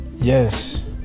yes